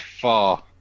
far